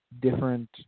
different